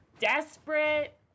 desperate